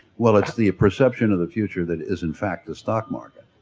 well, it's the perception of the future that is in fact the stock market.